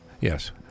yes